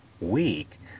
week